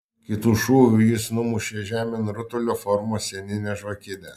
kitu šūviu jis numušė žemėn rutulio formos sieninę žvakidę